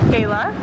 Kayla